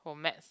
for maths